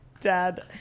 Dad